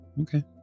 Okay